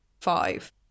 five